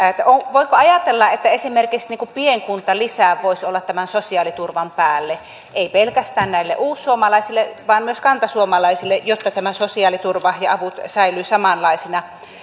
voiko ajatella että esimerkiksi pienkuntalisä voisi olla tämän sosiaaliturvan päälle ei pelkästään uussuomalaisille vaan myös kantasuomalaisille jotta tämä sosiaaliturva ja avut säilyvät samanlaisina